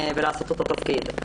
לעשות אותו תפקיד ולקבל שכר אחר.